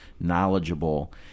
knowledgeable